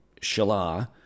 Shala